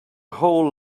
whole